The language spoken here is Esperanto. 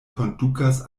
kondukas